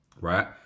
right